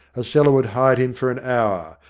a cellar would hide him for an hour,